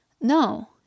No